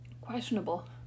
questionable